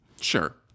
Sure